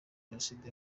jenoside